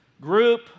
group